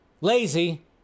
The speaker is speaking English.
Lazy